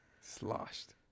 sloshed